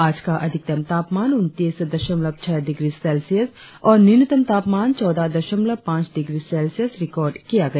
आज का अधिकतम तापमान उनतीस दशमलव छह डिग्री सेल्सियस और न्यूनतम तापमान चौदह दशमलव पांच डिग्री सेल्सियस रिकार्ड किया गया